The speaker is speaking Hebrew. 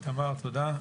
איתמר, תודה.